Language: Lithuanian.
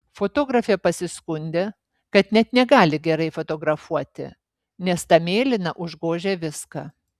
fotografė pasiskundė kad net negali gerai fotografuoti nes ta mėlyna užgožia viską